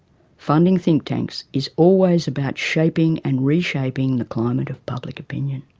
funding think tanks is always about shaping and reshaping the climate of public opinion.